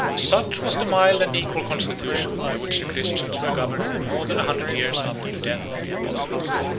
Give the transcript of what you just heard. such was the mild and equal constitution by which the christians were governed more than a hundred years after the death of the apostles.